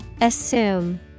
Assume